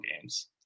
games